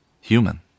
human